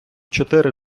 чотири